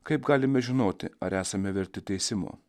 kaip galime žinoti ar esame verti teisimo